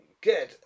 Good